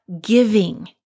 giving